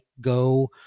GO